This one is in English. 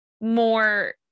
more